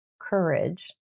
courage